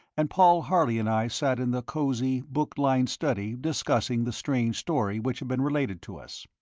and paul harley and i sat in the cosy, book-lined study discussing the strange story which had been related to us.